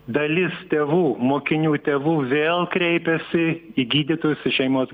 dalis tėvų mokinių tėvų vėl kreipėsi į gydytojus į šeimos